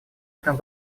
этом